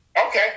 Okay